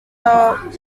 are